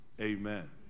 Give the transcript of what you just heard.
amen